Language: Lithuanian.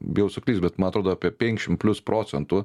bijau suklyst bet man atrodo apie penkšimt plius procentų